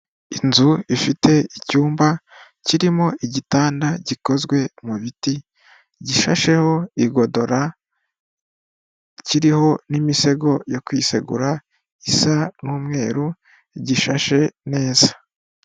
Inzu ifite icyumba kirimo igitanda gikozwe mu biti, gishasheho igodora, kiriho n'imisego yo kwisegura isa n'umweru gishashe neza.